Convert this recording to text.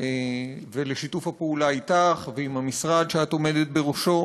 ולשיתוף הפעולה אתך ועם המשרד שאת עומדת בראשו.